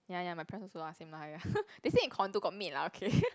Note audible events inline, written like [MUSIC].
ya ya my parents also lah same lah ya ya [LAUGHS] they stay in condo got maid lah okay [LAUGHS]